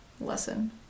lesson